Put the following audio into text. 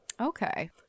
Okay